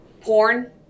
porn